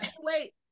wait